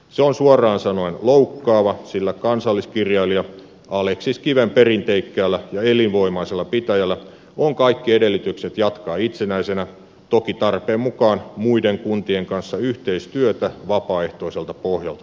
se on suoraan sanoen loukkaava sillä kansalliskirjailija aleksis kiven perinteikkäällä ja elinvoimaisella pitäjällä on kaikki edellytykset jatkaa itsenäisenä toki tarpeen mukaan muiden kuntien kanssa yhteistyötä vapaaehtoiselta pohjalta tehden